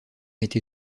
été